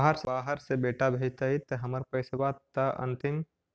बाहर से बेटा भेजतय त हमर पैसाबा त अंतिम?